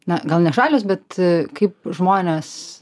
na gal ne šalys bet kaip žmonės